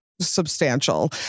substantial